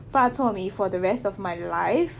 bak chor mee for the rest of my life